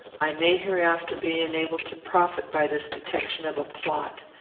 i may hereafter be enabled to profit by this detection of a plot.